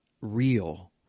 real